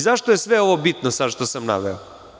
Zašto je sve ovo bitno što sam naveo?